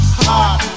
hot